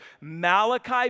Malachi